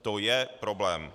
To je problém.